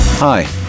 Hi